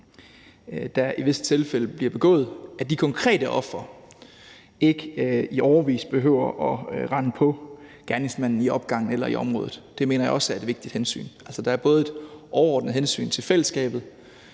der i visse tilfælde bliver begået, ikke i årevis behøver at rende på gerningsmanden i opgangen eller i området. Det mener jeg også er et vigtigt hensyn. Der er altså både et overordnet hensyn til fællesskabet